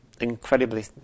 incredibly